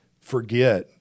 forget